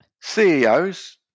CEOs